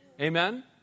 Amen